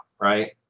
right